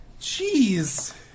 Jeez